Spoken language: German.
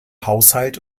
haushalt